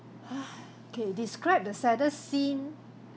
!huh! okay describe the saddest scene